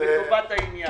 לטובת העניין.